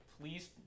please